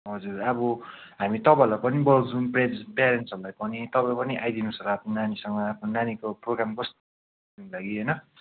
हजुर अब हामी तपाईँहरूलाई पनि बोलाउँछौँ पेरेन्ट्सहरूलाई पनि तपाईँ पनि आइदिनुहोस् आफ्नो नानीसँग आफ्नो नानीको प्रोग्राम कस्तो हुन्छ हेर्नको लागि होइन